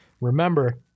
Remember